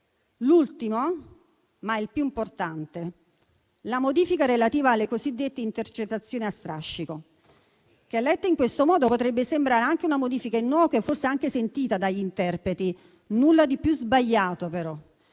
che però è il più importante, è quello della modifica relativa alle cosiddette intercettazioni a strascico. Letta in questo modo, potrebbe sembrare anche una modifica innocua e forse anche sentita dagli interpreti, ma nulla è più sbagliato.